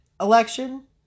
election